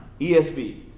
ESV